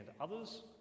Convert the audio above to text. others